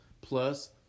Plus